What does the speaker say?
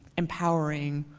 empowering,